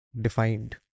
defined